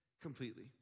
completely